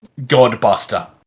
Godbuster